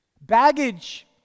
Baggage